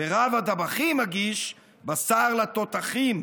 / ורב-הטבחים מגיש בשר לתותחים,